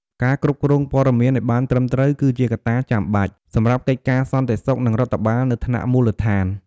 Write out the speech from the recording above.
ការគ្រប់គ្រងព័ត៌មានឱ្យបានត្រឹមត្រូវ គឺជាកត្តាចាំបាច់ សម្រាប់កិច្ចការសន្តិសុខ និងរដ្ឋបាលនៅថ្នាក់មូលដ្ឋាន។